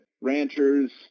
ranchers